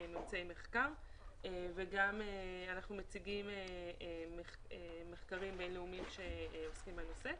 ממצאי מחקר וגם אנחנו מציגים מחקרים בין-לאומיים שעוסקים בנושא.